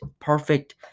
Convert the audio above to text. Perfect